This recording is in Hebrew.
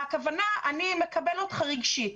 הכוונה היא שאני מקבל אותך רגשית.